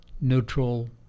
neutral